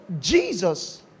Jesus